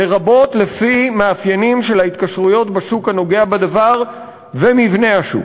לרבות לפי מאפיינים בשוק הנוגע בדבר ומבנה השוק.